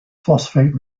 phosphate